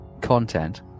content